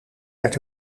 werd